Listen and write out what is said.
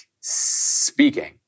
speaking